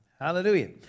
Hallelujah